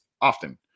often